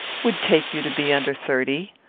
would take you to be under thirty.